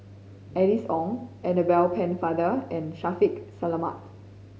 Alice Ong Annabel Pennefather and Shaffiq Selamat